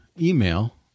email